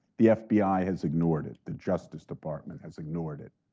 the fbi has ignored it. the justice department has ignored it.